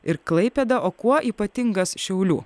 ir klaipėda o kuo ypatingas šiaulių